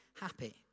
happy